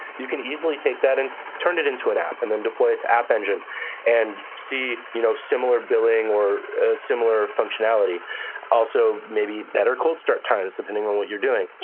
you can easily take that and turn it into an app and then deploy it to app engine and see you know similar billing or similar functionality also maybe better cold start times, depending on what you're doing.